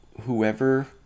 whoever